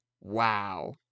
wow